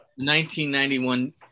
1991